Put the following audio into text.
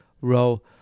row